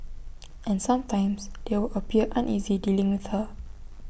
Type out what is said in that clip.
and sometimes they would appear uneasy dealing with her